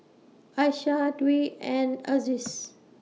Aisyah Dwi and Aziz